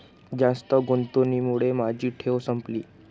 जास्त गुंतवणुकीमुळे माझी ठेव संपली